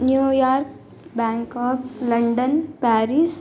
New York Bangkok London Paris